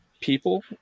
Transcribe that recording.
people